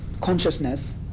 consciousness